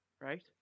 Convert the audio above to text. right